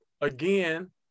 again